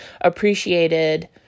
appreciated